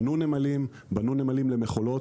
בנו נמלים, בנו נמלים למכולות.